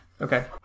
Okay